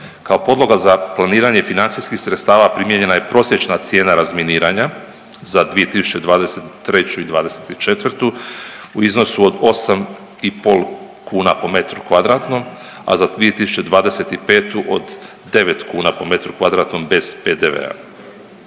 Kao podloga za planiranje financijskih sredstava primijenjena je prosječna cijena razminiranja za 2023. i '24. u iznosu od 8,5 kuna po metru kvadratnom, a za 2025. od 9 kuna po metru kvadratnom bez PDV-a.